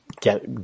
get